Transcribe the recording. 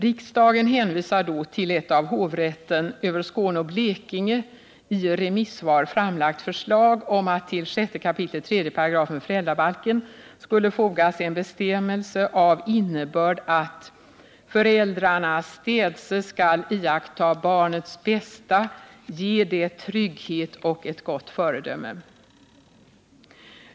Riksdagen hänvisade då till ett av hovrätten över Skåne och Blekinge i remissvar framlagt förslag om att till 6 kap. 3 § föräldrabalken skulle fogas en bestämmelse av innebörd att föräldrarna städse skall iaktta barnets bästa, ge det trygghet och ett gott föredöme.